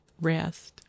rest